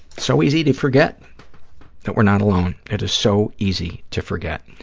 so easy to forget that we're not alone. it is so easy to forget.